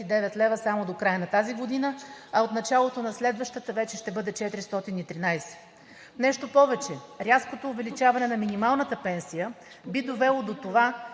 само до края на тази година, а от началото на следващата вече ще бъде 413 лв. Нещо повече, рязкото увеличаване на минималната пенсия би довело до това,